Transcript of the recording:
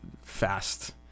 fast